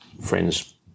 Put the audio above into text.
friend's